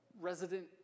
resident